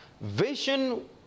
vision